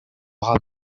aura